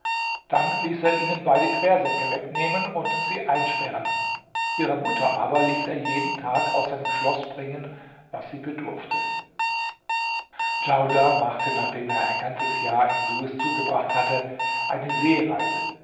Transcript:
dann ließ er ihnen beide quersäcke wegnehmen und sie einsperren ihrer mutter aber ließ er jeden tag aus seinem schloß bringen was sie bedurfte djaudar machte nachdem er ein ganzes jahr in suez zugebracht hatte eine seereise